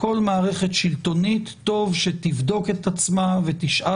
כל מערכת שלטונית טוב שתבדוק את עצמה ותשאל